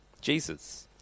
Jesus